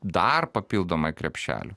dar papildomai krepšelių